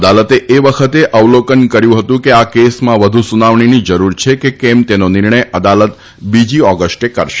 અદાલતે એ વખતે અવલોકન કર્યું હતું કે આ કેસમાં વધુ સુનાવણીની જરૂર છે કે કેમ તેનો નિર્ણય અદાલત બીજી ઓગષ્ટે કરશે